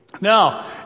Now